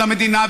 את המדינה,